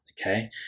Okay